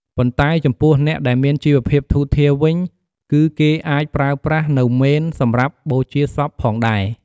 ប៉ុន្តែចំពោះអ្នកដែលមានជីវភាពធូធារវិញគឺគេអាចប្រើប្រាស់ នូវមេនសម្រាប់បូជាសពផងដែរ។